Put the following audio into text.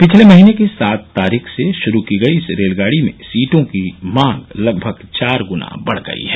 पिछले महीने की सात तारीख से शुरू की गई इस रेलगाड़ी में सीटों की मांग लगभग चार गुना बढ़ गई है